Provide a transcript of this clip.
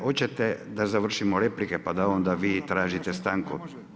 Hoćete da završimo replike pa da onda vi tražite stanku?